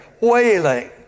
wailing